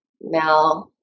now